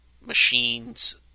machines